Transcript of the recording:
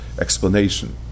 explanation